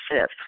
fifth